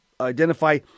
identify